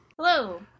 Hello